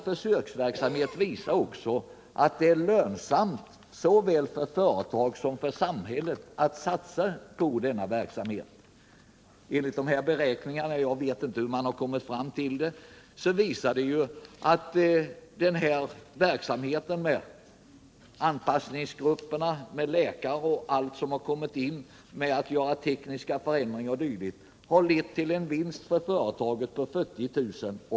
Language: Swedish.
Försöksverksamheten visar också att det är lönsamt för såväl företagen som samhället att satsa på den här verksamheten. Jag vet inte hur man kommit fram till de siffror jag nämnde, men de visar ju att anpassningsgrupperna med läkare, med tekniska förändringar o. d. har lett till en vinst för företaget på 40000 kr.